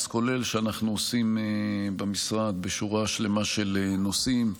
כולל שאנחנו עושים במשרד בשורה שלמה של נושאים.